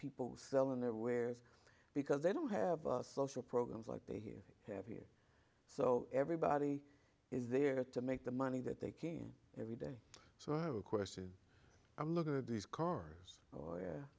people selling their wares because they don't have a social programs like they here have here so everybody is there to make the money that they came every day so i have a question i'm looking at these cars or y